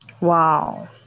Wow